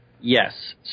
Yes